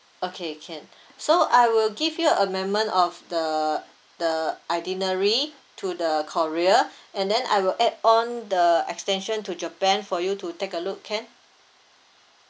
okay can so I will give you amendment of the the itinerary to the korea and then I will add on the extension to japan for you to take a look can